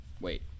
Wait